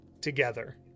Together